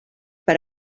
per